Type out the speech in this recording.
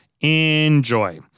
enjoy